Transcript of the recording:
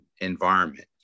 environment